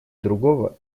другого